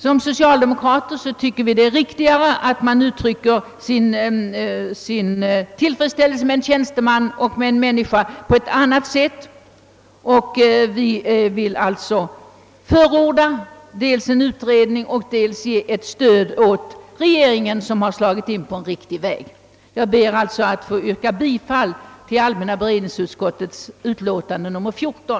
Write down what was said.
Som socialdemokrater tycker vi det är riktigare att man på ett annat sätt uttrycker sin tillfredsställelse med en tjänsteman och en människa, och vi vill dels förorda sen utredning, dels ge ett stöd åt regeringen som redan slagit in på en riktig väg. Jag ber, herr talman, att få yrka bifall till allmänna beredningsutskottets hemställan i dess utlåtande nr 14.